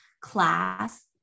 class